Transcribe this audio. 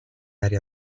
aree